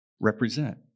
represent